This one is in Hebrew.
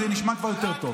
זה כבר נשמע יותר טוב.